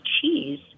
cheese